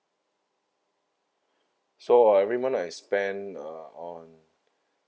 so uh every month I spend uh on